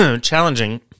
challenging